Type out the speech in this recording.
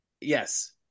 Yes